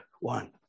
one